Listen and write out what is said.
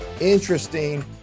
interesting